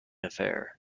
affair